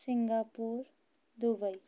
Singapore Dubai